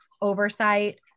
oversight